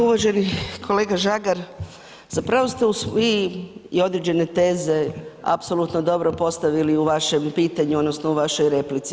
Uvaženi kolega Žagar, zapravo ste vi i određene teze apsolutno dobro postavili u vašem pitanju odnosno u vašoj replici.